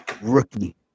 rookie